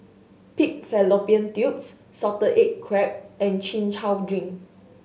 pig fallopian tubes salted egg crab and Chin Chow drink